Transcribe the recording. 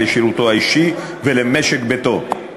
לשירותו האישי ולמשק ביתו.